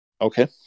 Okay